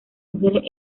mujeres